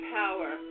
power